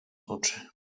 oczy